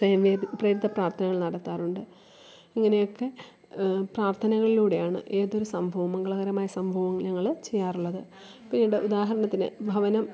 സ്വയമേത് പ്രേരിത പ്രാര്ത്ഥനകൾ നടത്താറുണ്ട് ഇങ്ങനെയൊക്കെ പ്രാര്ത്ഥനകളിലൂടെയാണ് ഏതൊരു സംഭവവും മംഗളകരമായ സംഭവവും ഞങ്ങൾ ചെയ്യാറുള്ളത് പിന്നീട് ഉദാഹരണത്തിന് ഭവനം